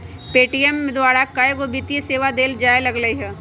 Paytm द्वारा कएगो वित्तीय सेवा देल जाय लगलई ह